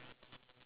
so how